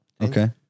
Okay